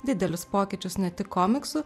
didelius pokyčius ne tik komiksų